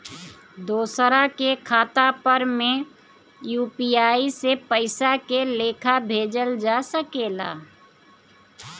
दोसरा के खाता पर में यू.पी.आई से पइसा के लेखाँ भेजल जा सके ला?